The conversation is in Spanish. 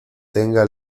tenga